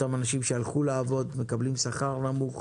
אותם אנשים שהלכו לעבוד ומקבלים שכר נמוך,